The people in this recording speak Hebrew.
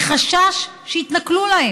מחשש שיתנכלו להם.